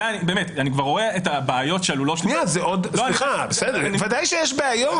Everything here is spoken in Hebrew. אני כבר רואה את הבעיות שעלולות --- ודאי שיש בעיות.